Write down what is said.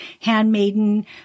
handmaiden